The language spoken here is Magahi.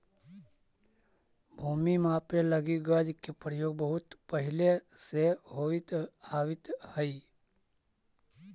भूमि मापे लगी गज के प्रयोग बहुत पहिले से होवित आवित हइ